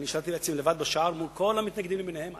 אני נשארתי עם עצמי לבד בשער מול כל המתנגדים למיניהם,